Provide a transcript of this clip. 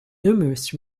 numerous